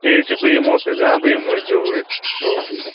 ٹھیٖک چھُ بہٕ یمو تیٚلہِ بہٕ یمو اکیاہ اوٗرۍ او کے